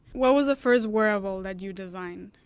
what was the first wearable that you designed?